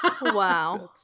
Wow